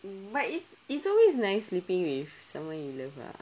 but it's it's always nice sleeping with someone you love lah